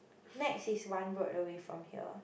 Nex is one road away from here